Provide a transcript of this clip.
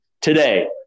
today